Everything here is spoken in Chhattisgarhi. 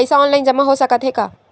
पईसा ऑनलाइन जमा हो साकत हे का?